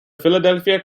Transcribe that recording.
philadelphia